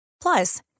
Plus